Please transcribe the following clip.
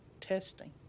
testing